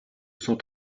cent